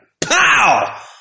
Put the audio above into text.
pow